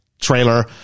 trailer